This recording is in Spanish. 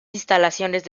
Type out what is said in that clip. instalaciones